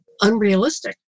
unrealistic